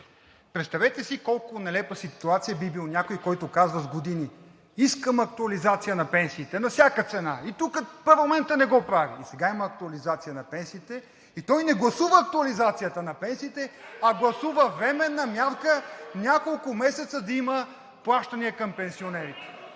Представете си колко нелепа ситуация би бил някой, който казва с години: искам актуализация на пенсиите на всяка цена и тук парламентът не го прави. Сега има актуализация на пенсиите и той не гласува актуализацията на пенсиите, а гласува временна мярка – няколко месеца да има плащания към пенсионерите.